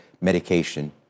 medication